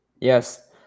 Yes